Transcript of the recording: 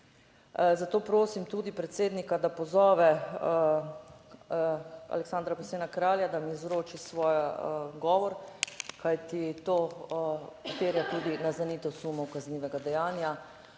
zato prosim tudi predsednika, da pozove Aleksandra Prosena Kralja, da mu izroči svoj govor, kajti to terja tudi naznanitev sumov kaznivega dejanja,